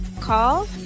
call